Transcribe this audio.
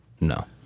no